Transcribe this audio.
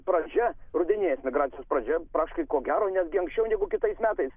pradžia rudeninės migracijos pradžia praktiškai ko gero netgi anksčiau negu kitais metais